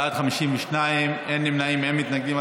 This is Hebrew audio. בעד, 52, אין נמנעים, אין מתנגדים.